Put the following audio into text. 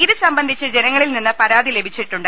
ഇതുസംബന്ധിച്ച് ജനങ്ങളിൽ നിന്ന് പരാതി ലഭിച്ചിട്ടുണ്ട്